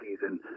season